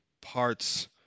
parts